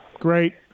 Great